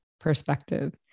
perspective